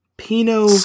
Pino